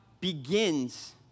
begins